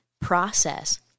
process